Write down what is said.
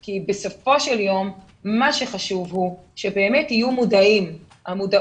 כי בסופו של יום חשוב שתהיה באמת מודעות.